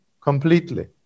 completely